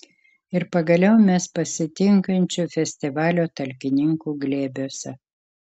ir pagaliau mes pasitinkančių festivalio talkininkų glėbiuose